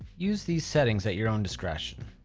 use these settings at your own discretion.